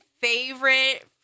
favorite